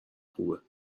خوبه